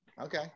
Okay